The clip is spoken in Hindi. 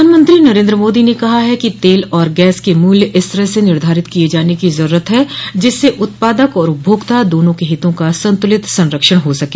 प्रधानमंत्री नरेन्द्र मोदी ने कहा है कि तेल और गैस के मूल्य इस तरह से निर्धारित किये जाने की जरूरत है जिससे उत्पादक और उपभोक्ता दोनों के हितों का संतुलित संरक्षण हो सके